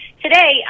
today